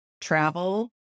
travel